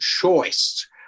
choice